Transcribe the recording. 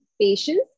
patience